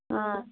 अ